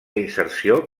inserció